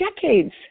decades